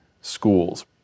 schools